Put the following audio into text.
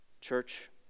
Church